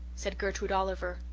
said gertrude oliver,